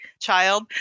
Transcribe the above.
Child